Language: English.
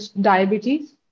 diabetes